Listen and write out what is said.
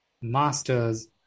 masters